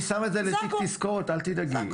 אני שם את זה לתיק תזכורת, אל תדאגי.